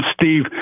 Steve